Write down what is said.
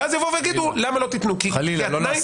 ואז יבואו ויגידו למה לא תיתנו.